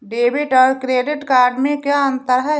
Debit और credit में क्या अंतर है?